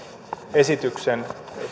esityksen